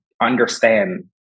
understand